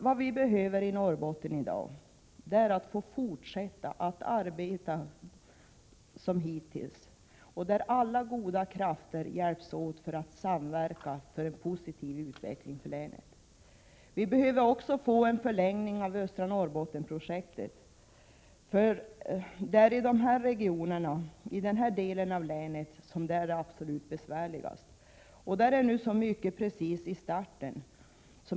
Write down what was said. Vad vi i Norrbotten i dag behöver är att få fortsätta att arbeta som hittills, varvid alla goda krafter hjälps åt för att samverka för en positiv utveckling av länet. Vi behöver också få en förlängning av Östra Norrbottenprojektet, eftersom det är i dessa delar av länet som det är besvärligast och där så mycket nu precis har påbörjats.